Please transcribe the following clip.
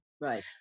Right